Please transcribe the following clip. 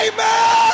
Amen